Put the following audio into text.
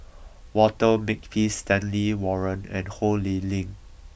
Walter Makepeace Stanley Warren and Ho Lee Ling